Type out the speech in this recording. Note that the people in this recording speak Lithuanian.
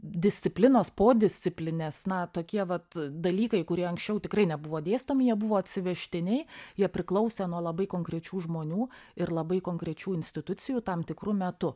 disciplinos podisciplinės na tokie vat dalykai kurie anksčiau tikrai nebuvo dėstomi jie buvo atsivežtiniai jie priklausė nuo labai konkrečių žmonių ir labai konkrečių institucijų tam tikru metu